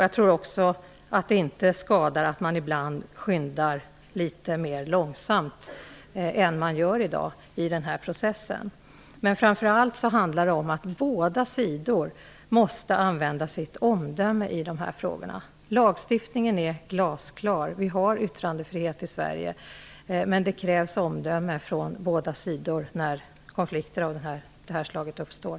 Jag tror också att det inte skadar att man ibland skyndar litet mera långsamt än vad man i dag gör i den här processen. Det handlar framför allt om att båda sidor måste använda sitt omdöme i dessa frågor. Lagstiftningen är glasklar. Vi har yttrandefrihet i Sverige, men det krävs omdöme från båda sidor när den här typen av konflikter uppstår.